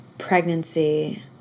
pregnancy